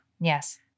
Yes